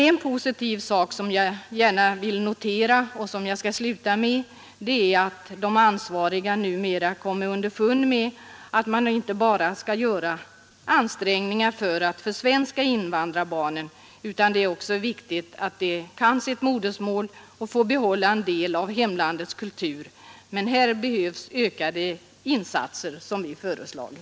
En positiv sak som jag vill notera och som jag skall sluta med är att de ansvariga numera kommit underfund med att man inte bara skall göra ansträngningar för att försvenska invandrarbarnen utan att det också är viktigt att de kan sitt modersmål och får behålla en del av hemlandets kultur. Men här behövs det ökade insatser, som vi föreslagit.